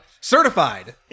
Certified